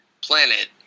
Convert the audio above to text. planet